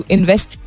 Invest